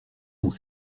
n’ont